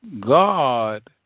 God